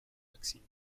maxime